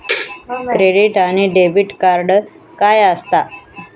Credit आणि debit काय असता?